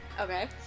Okay